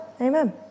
Amen